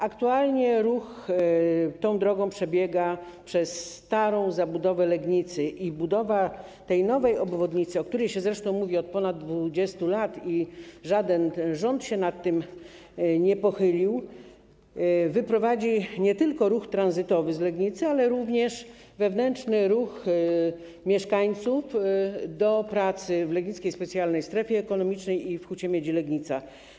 Aktualnie ruch tą drogą przebiega przez starą zabudowę Legnicy i nowa obwodnica, o budowie której zresztą mówi się od ponad 20 lat i żaden ten rząd się nad tym nie pochylił, wyprowadzi nie tylko ruch tranzytowy z Legnicy, ale również wewnętrzny ruch mieszkańców do pracy w legnickiej specjalnej strefie ekonomicznej i w hucie miedzi Legnica.